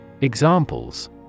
Examples